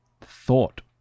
thought